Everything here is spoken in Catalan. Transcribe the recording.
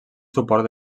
suport